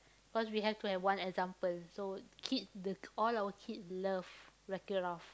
cause we have to have one example so kid the all our kid love Wreck It Ralph